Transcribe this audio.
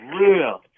real